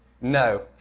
No